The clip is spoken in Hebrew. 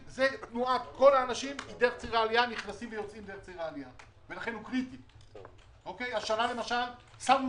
השנה למשל שמנו מסכים בציר העלייה שבהם אפשר לראות את ההדלקות,